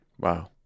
Wow